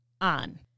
on